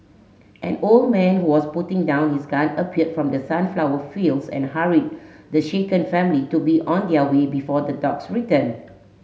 an old man who was putting down his gun appeared from the sunflower fields and hurried the shaken family to be on their way before the dogs return